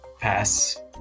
pass